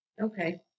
Okay